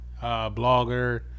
blogger